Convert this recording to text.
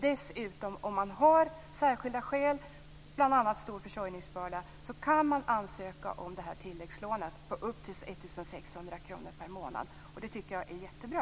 Dessutom: Om man har särskilda skäl, bl.a. en stor försörjningsbörda, kan man ansöka om ett sådant här tilläggslån på upp till 1 600 kr per månad. Det tycker jag är jättebra.